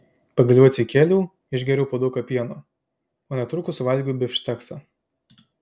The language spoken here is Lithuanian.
pagaliau atsikėliau išgėriau puoduką pieno o netrukus suvalgiau bifšteksą